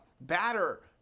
batter